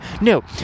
No